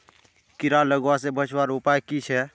कीड़ा लगवा से बचवार उपाय की छे?